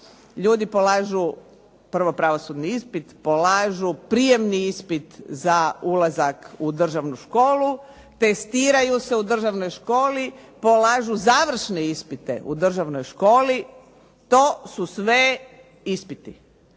Ljudi polažu prvo pravosudni ispit, polažu prijemni ispit za ulazak u državnu školu, testiraju se u državno školi, polažu završne ispite u državnoj školi. To su sve ispiti.